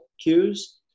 cues